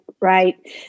right